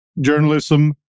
journalism